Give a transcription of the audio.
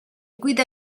guida